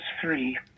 three